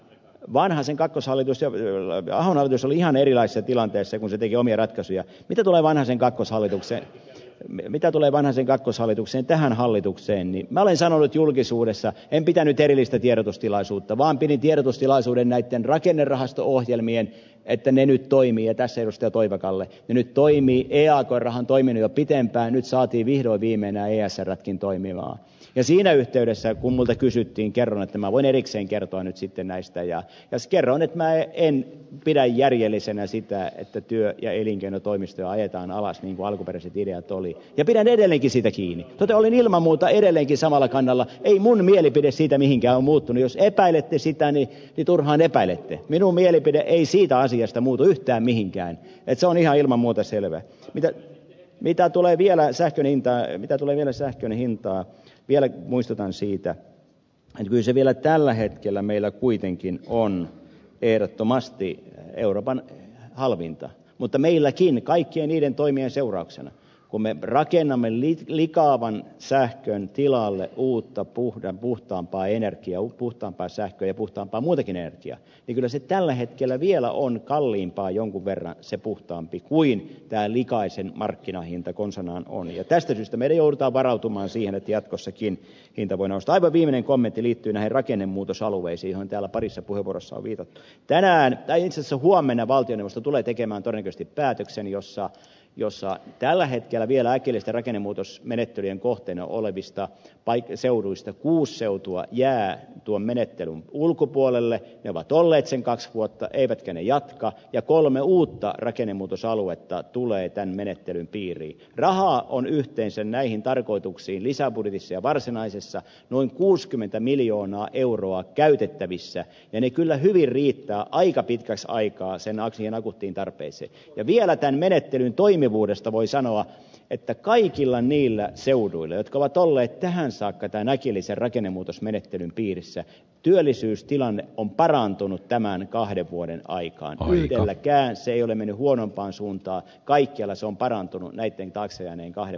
vanhasen kakkoshallitus ja vyöllä ja hallitus oli ihan erilaiset tilanteessa kun sitä jo omia ratkaisuja ja tulevan ensin kakkoshallituksen mene mitä tulee vanhasen kakkoshallitukseen tähän hallitukseen niin mä olen sanonut julkisuudessa en pitänyt erillistä tiedotustilaisuutta vaan pidin tiedotustilaisuuden näitten rakennerahasto ohjelmien etene nyt toimia pääsemästä toivakalle nyt toimiaan koiran toimiin jo pitempään nyt saatiin vihdoin viimein ääniä saivatkin toimimaan ja siinä yhteydessä kumota kysyttiin kerran tämä voin erikseen kertoa nyt sitten naisten ja jos kerron nyt mä en pidä järjellisenä sitä että työ ja elinkeinotoimistoja ajetaan alas niinku alkuperäiset ideat oli kentän edellekin siitä kiinni ole ilman muuta edelleenkin samalla kannalla ei mun mielipide siitä mihinkään muutu jos epäilette sitä niin turhaan epäilette minun mielipide ei siitä asiasta muutu yhtään mihinkään betonia ilman muuta selvää mitä mitä tulee viemään sähkön hintaa ei mitä tulee sähkön hintaa vielä muistetaan siitä löysi vielä tällä hetkellä meillä kuitenkin on ehdottomasti euroopan halvinta mutta meilläkin kaikkien niiden toimien seurauksena komenrakennamme likaavan sähkön tilalle uutta puhdon puhtaampaa energiaa puhtaampaa sähköäpuhtaampaa muutakineet ja ylsi tällä hetkellä vielä on kalliimpaa jonkun verran se puhtaampi kuin täilikaisen markkinahinta konsanaan on jo tästä syystä me joudutaan varautumaan siihen jatkossakin hinta voi nousta dubininin kolme liittymää rakennemuutosalueisiin on täällä parissa puheenvuorossa viita tänään riisisukua minä valtiosta tulee tekemään tarkisti päätöksen jossa on jo saa tällä hetkellä vielä kilisterakennemuutosmenettelynkohteena olevista paikkeseuduista uusiutuvaa jää tuon menettelyn ulkopuolelle ovat olleet sen kaksi vuotta eivätkä ne jatka ja kolme uutta rakennemuutosaluetta tulee tämän menettelyn piiriin rahaa on yhteensä näihin tarkoituksiin lisäbudjetissa ja varsinaisissa noin kuusikymmentä miljoonaa euroa käytettävissä eli kyllä hyvin riittää aika pitkästä aikaa sen oksien akuuttiin tarpeeseen ja vielä tämän menettelyn toimivuudesta voi sanoa että kaikilla niillä seuduin eet ovat olleet tähän saakka täynnä kiliserakennemuutosmenettelyn piirissä työllisyystilanne on parantunut tämän kahden vuoden aikana yhdelläkään ei ole mennyt huonompaan suuntaa kaikkialla se on parantunut näitten taakse jääneen kahden